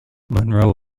munro